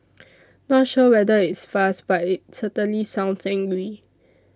not sure whether it's fast but it certainly sounds angry